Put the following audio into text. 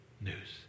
news